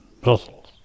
Brussels